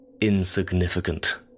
Insignificant